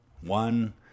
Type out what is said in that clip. one